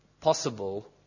possible